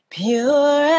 pure